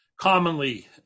commonly